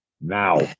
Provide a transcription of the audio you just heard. now